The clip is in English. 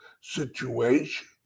situation